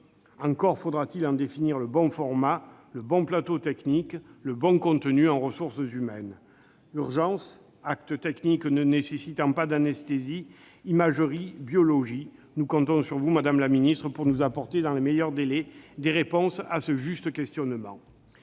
Encore faudra-t-il en définir le bon format, le bon plateau technique, le bon contenu en ressources humaines : urgences, actes techniques ne nécessitant pas d'anesthésie, imagerie, biologie ... Nous comptons sur vous, madame la ministre, pour répondre, dans les meilleurs délais, à ce juste questionnement.